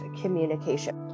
communication